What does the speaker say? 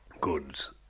goods